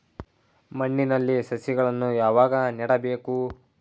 ಮಣ್ಣಿನಲ್ಲಿ ಸಸಿಗಳನ್ನು ಯಾವಾಗ ನೆಡಬೇಕು?